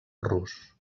rus